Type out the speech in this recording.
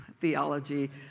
theology